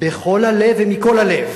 בכל הלב ומכל הלב,